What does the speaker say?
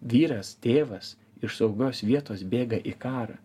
vyras tėvas iš saugios vietos bėga į karą